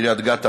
קריית גת,